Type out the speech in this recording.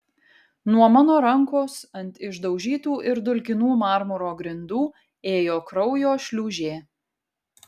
nuo mano rankos ant išdaužytų ir dulkinų marmuro grindų ėjo kraujo šliūžė